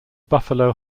buffalo